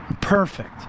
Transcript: perfect